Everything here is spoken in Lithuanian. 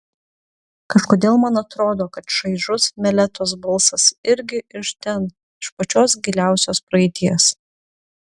kažkodėl man atrodo kad šaižus meletos balsas irgi iš ten iš pačios giliausios praeities